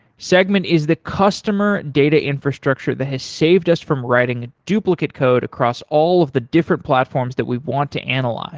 segment is the customer data infrastructure that has saved us from writing a duplicate code across all of the different platforms that we want to analyze